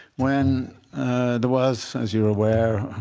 when there was, as you're aware,